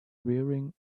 wearing